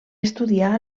estudiar